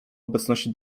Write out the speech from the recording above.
obecności